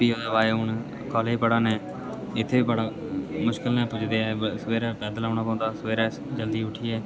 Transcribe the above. फ्ही ओह्दे बाद च हून कालेज पढ़ा ने इत्थै बड़ा मुश्कल ने पुजदे आए सवेरे पैदल औना पौंदा सवेरे जल्दी उट्ठियै